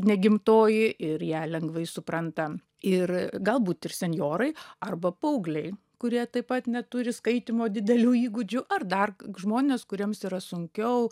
negimtoji ir ją lengvai supranta ir galbūt ir senjorai arba paaugliai kurie taip pat neturi skaitymo didelių įgūdžių ar dar žmonės kuriems yra sunkiau